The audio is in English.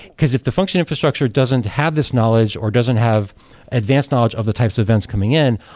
because if the function infrastructure doesn't have this knowledge, or doesn't have advanced knowledge of the types of events coming in,